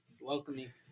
Welcoming